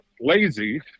lazy